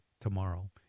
tomorrow